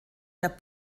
der